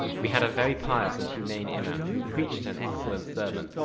we had a very pious and humane iman, who preached an excellent sermon,